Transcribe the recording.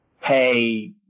pay